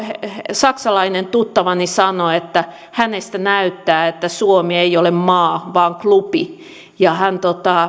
saksalainen tuttavani sanoi että hänestä näyttää että suomi ei ole maa vaan klubi ja hän